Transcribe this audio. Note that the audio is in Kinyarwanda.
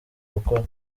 gukora